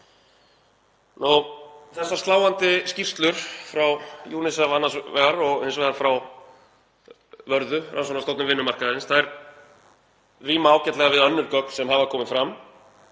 Þessar sláandi skýrslur frá UNICEF annars vegar og hins vegar frá Vörðu rannsóknastofnun vinnumarkaðarins ríma ágætlega við önnur gögn sem hafa komið fram.